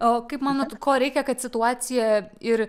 o kaip manot ko reikia kad situacija ir